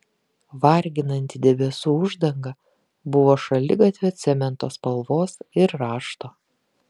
varginanti debesų uždanga buvo šaligatvio cemento spalvos ir rašto